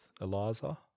Eliza